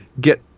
get